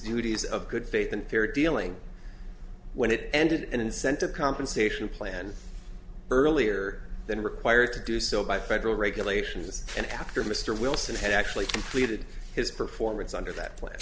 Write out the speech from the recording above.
duties of good faith and fair dealing when it ended an incentive compensation plan earlier than required to do so by federal regulations and after mr wilson had actually completed his performance under that pla